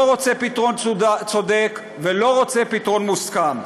לא רוצה פתרון צודק ולא רוצה פתרון מוסכם.